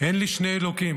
אין לי שני אלוקים,